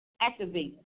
activate